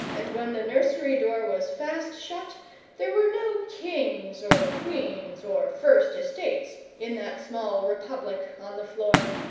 and when the nursery door was fast shut there were no kings or queens or first estates in that small republic on the floor.